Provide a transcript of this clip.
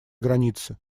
границы